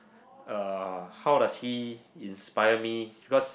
uh how does he inspire me because